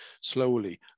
slowly